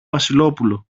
βασιλόπουλο